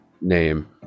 name